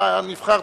אתה נבחרת,